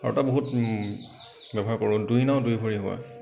আৰু এটা বহুত ব্যৱহাৰ কৰোঁ দুই নাৱত দুই ভৰি হোৱা